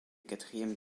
quatrième